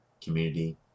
community